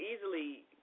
easily